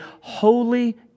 holy